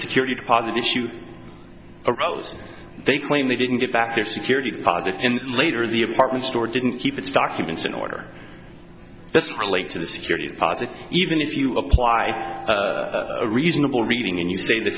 security deposit issue or else they claim they didn't get back their security deposit and later the apartment store didn't keep its documents in order this relate to the security deposit even if you apply a reasonable reading and you say